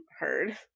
heard